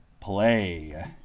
play